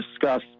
discuss